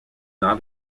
not